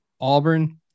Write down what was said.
Auburn